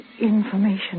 information